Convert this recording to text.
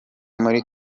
muri